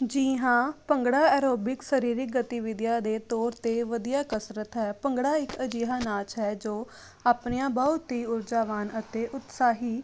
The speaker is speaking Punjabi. ਜੀ ਹਾਂ ਭੰਗੜਾ ਐਰੋਬਿਕਸ ਸਰੀਰਿਕ ਗਤੀਵਿਧੀਆਂ ਦੇ ਤੌਰ 'ਤੇ ਵਧੀਆ ਕਸਰਤ ਹੈ ਭੰਗੜਾ ਇੱਕ ਅਜਿਹਾ ਨਾਚ ਹੈ ਜੋ ਆਪਣੀਆਂ ਬਹੁਤ ਹੀ ਊਰਜਾਵਾਨ ਅਤੇ ਉਤਸ਼ਾਹੀ